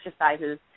exercises